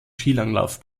skilanglauf